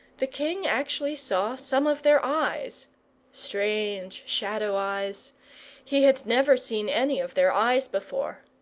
the king actually saw some of their eyes strange shadow-eyes he had never seen any of their eyes before.